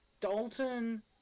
Dalton